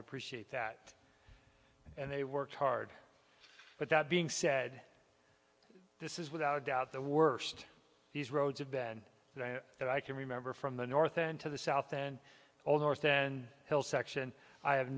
appreciate that and they worked hard but that being said this is without a doubt the worst these roads have been and i can remember from the north and to the south and all north then hill section i have